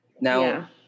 Now